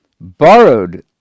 borrowed